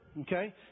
okay